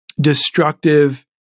destructive